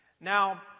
Now